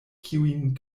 kiujn